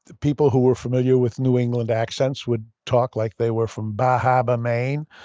people who were familiar with new england accents would talk like they were from bar harbor, maine,